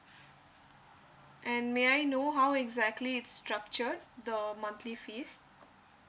and may I know how exactly it's structured the monthly fees